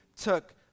took